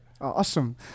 Awesome